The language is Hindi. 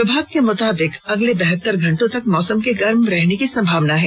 विभाग के मुताबिक अगले बहतर घंटे तक मौसम के गर्म रहने की संभावना है